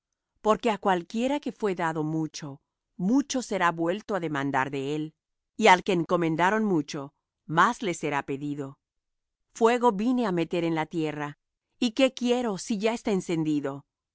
porque á cualquiera que fué dado mucho mucho será vuelto á demandar de él y al que encomendaron mucho más le será pedido fuego vine á meter en la tierra y qué quiero si ya está encendido